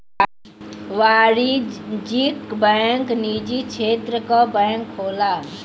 वाणिज्यिक बैंक निजी क्षेत्र क बैंक होला